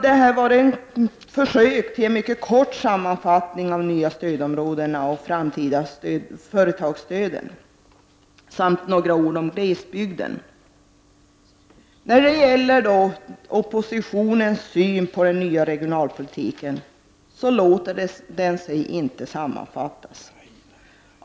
Detta var ett försök till en mycket kort sammanfattning av förslaget om de nya stödområdena och de framtida företagsstöden samt några ord om glesbygden. Oppositionens syn på den nya regionalpolitiken låter sig inte sammanfattas.